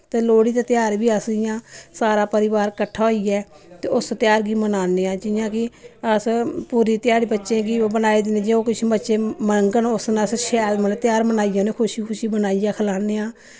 ते लोह्ड़ी दा तेहार वबीअस इ'यां सारा परोआर किट्ठा होइयै ते उस तेहार गी मनान्ने आं जि'यां कि अस पूरी ध्याड़ी बच्चें गी ओह् बनाई दिन्ने जे ओ किश बच्चे मंगन उस दिन अस शैल मतलब तेहार मनाइयै उ'नें खुशी खुशी बनाइयै खलान्ने आं